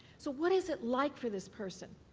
so, what is it like for this person?